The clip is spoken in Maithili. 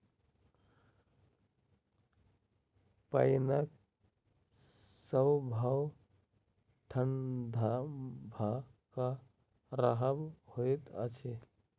पाइनक स्वभाव ठंढा भ क रहब होइत अछि